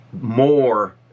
more